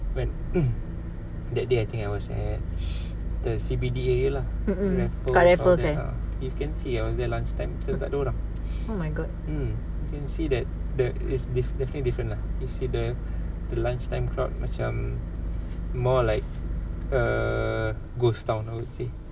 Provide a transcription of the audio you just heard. when that day I think I was at the C_B_D area lah raffles down there lah you can see I was there lunch time macam tak ada orang mm can see that there is definitely different lah you see the lunch time crowd macam more like a ghost town I would say